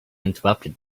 interrupted